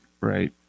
right